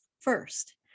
first